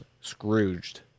Scrooged